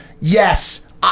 Yes